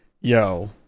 yo